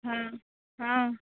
हँ हँ